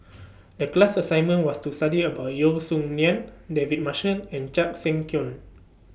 The class assignment was to study about Yeo Song Nian David Marshall and Chan Sek Keong